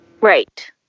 Right